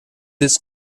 this